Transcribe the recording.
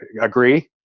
Agree